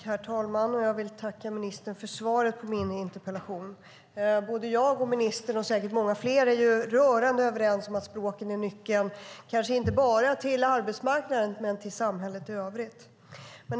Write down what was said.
Herr talman! Jag vill tacka ministern för svaret på min interpellation. Både jag och ministern och säkert många fler är rörande överens om att språken är nyckeln inte bara till arbetsmarknaden utan till hela samhället.